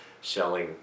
selling